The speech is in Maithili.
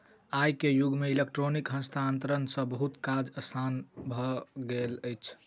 आई के युग में इलेक्ट्रॉनिक हस्तांतरण सॅ बहुत काज आसान भ गेल अछि